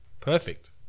perfect